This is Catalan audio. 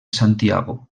santiago